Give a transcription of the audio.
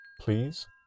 please